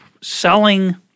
selling